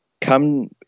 come